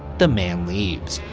the man leaves,